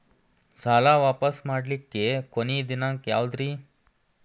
ಸಾಲಾ ವಾಪಸ್ ಮಾಡ್ಲಿಕ್ಕೆ ಕೊನಿ ದಿನಾಂಕ ಯಾವುದ್ರಿ?